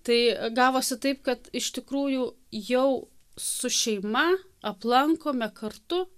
tai gavosi taip kad iš tikrųjų jau su šeima aplankome kartu